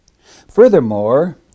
furthermore